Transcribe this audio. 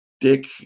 Dick